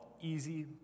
easy